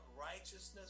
righteousness